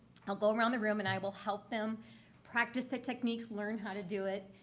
i'll go around the room and i will help them practice the techniques, learn how to do it,